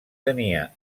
tenia